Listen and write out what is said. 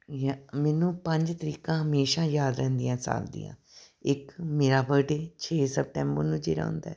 ਜਾ ਮੈਨੂੰ ਪੰਜ ਤਰੀਕਾਂ ਹਮੇਸ਼ਾ ਯਾਦ ਰਹਿੰਦੀਆਂ ਸਾਲ ਦੀਆਂ ਇੱਕ ਮੇਰਾ ਬਰਡੇ ਛੇ ਸਤੈਬਰ ਨੂੰ ਜਿਹੜਾ ਹੁੰਦਾ